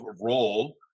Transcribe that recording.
role